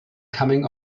coming